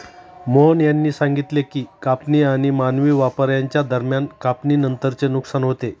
मोहन यांनी सांगितले की कापणी आणि मानवी वापर यांच्या दरम्यान कापणीनंतरचे नुकसान होते